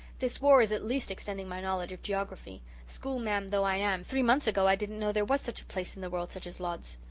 this war is at least extending my knowledge of geography. schoolma'am though i am, three months ago i didn't know there was such a place in the world such as lodz.